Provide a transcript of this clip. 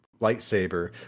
lightsaber